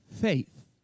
faith